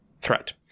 threat